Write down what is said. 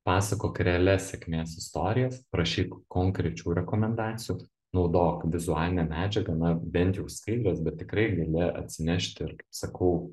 pasakok realias sėkmės istorijas prašyk konkrečių rekomendacijų naudok vizualinę medžiagą na bent jau skaidres bet tikrai gali atsinešti ir kaip sakau